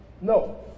No